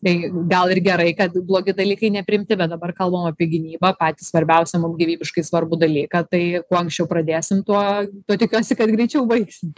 tai gal ir gerai kad blogi dalykai nepriimti bet dabar kalbam apie gynybą patį svarbiausią mum gyvybiškai svarbų dalyką tai kuo anksčiau pradėsim tuo tuo tikiuosi kad greičiau baigsim